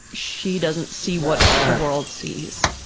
she doesn't see what the world sees.